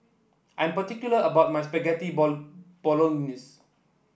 I am particular about my Spaghetti Bolognese